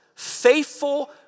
faithful